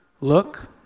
look